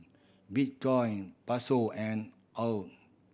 Bitcoin Peso and AUD